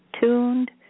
tuned